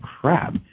crap